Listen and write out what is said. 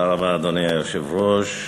אדוני היושב-ראש,